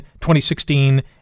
2016